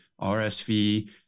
RSV